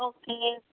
okay